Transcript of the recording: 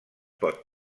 pot